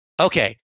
Okay